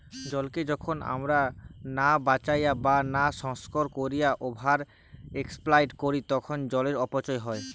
জলকে যখন আমরা না বাঁচাইয়া বা না সংরক্ষণ কোরিয়া ওভার এক্সপ্লইট করি তখন জলের অপচয় হয়